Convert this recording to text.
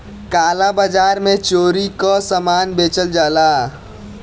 काला बाजार में चोरी कअ सामान बेचल जाला